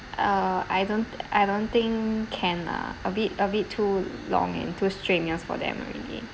uh I don't I don't think can lah a bit a bit too long and too strenuous for them already